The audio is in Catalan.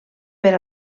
per